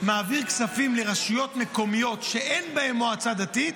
מעביר כספים לרשויות מקומיות שאין בהן מועצה דתית.